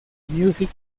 music